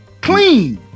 Clean